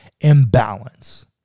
imbalance